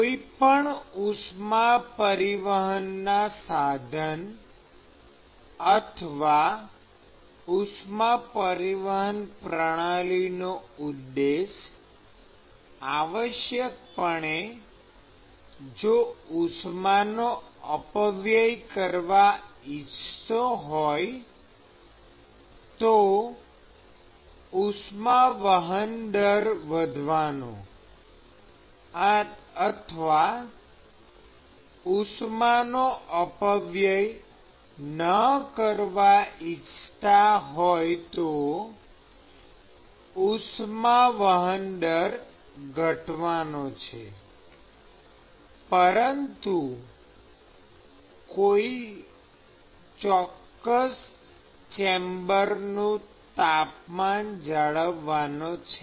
કોઈપણ ઉષ્મા પરિવહનના સાધન અથવા ઉષ્મા પરિવહન પ્રણાલીનો ઉદ્દેશ આવશ્યકપણે જો ઉષ્માનો અપવ્યય કરવા ઇચ્છતા હોય તો ઉષ્મા વહન દર વધારવાનો અથવા ઉષ્માનો અપવ્યય ન કરવા ઇચ્છતા હોય તો ઉષ્મા વહન દર ઘટાડવાનો છે પરંતુ કોઈ ચોક્કસ ચેમ્બરનું તાપમાન જાળવવાનો છે